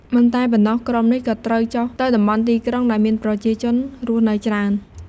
មិនតែប៉ុណ្ណោះ ក្រុមនេះក៏ត្រូវចុះទៅតំបន់ទីក្រុង ដែលមានប្រជាជនរស់នៅច្រើន។